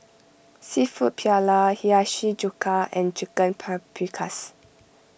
Seafood Paella Hiyashi Chuka and Chicken Paprikas